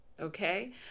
Okay